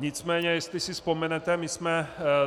Nicméně jestli si vzpomenete,